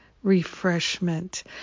refreshment